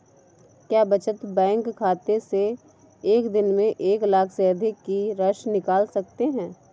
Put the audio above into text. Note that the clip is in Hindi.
क्या बचत बैंक खाते से एक दिन में एक लाख से अधिक की राशि निकाल सकते हैं?